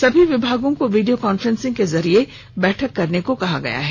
सभी विभागों को वीडियो कॉन्फ्रेसिंग के जरिए बैठक करने को कहा गया है